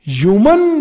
human